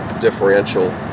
differential